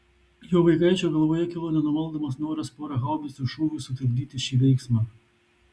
jo vaikaičio galvoje kilo nenumaldomas noras pora haubicų šūvių sutrukdyti šį vyksmą